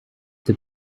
the